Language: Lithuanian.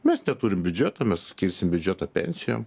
mes neturim biudžeto mes skirsim biudžetą pensijom